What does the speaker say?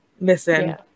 Listen